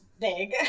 big